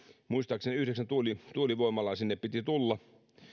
muistaakseni yhdeksän tuulivoimalaa sinne piti tulla